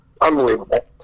Unbelievable